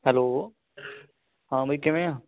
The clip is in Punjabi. ਹੈਲੋ ਹਾਂ ਬਾਈ ਕਿਵੇਂ ਆ